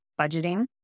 budgeting